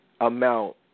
amount